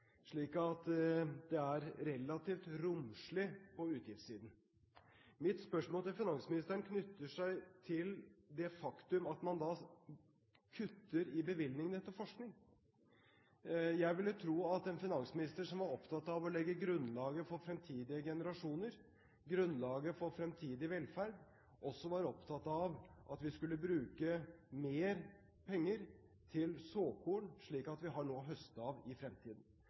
slik at det er relativt romslig på utgiftssiden. Mitt spørsmål til finansministeren knytter seg til det faktum at man da kutter i bevilgningene til forskning. Jeg ville tro at en finansminister som er opptatt av å legge grunnlaget for fremtidige generasjoner, grunnlaget for fremtidig velferd, også var opptatt av at vi skulle bruke mer penger til såkorn, slik at vi har noe å høste av i fremtiden.